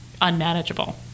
unmanageable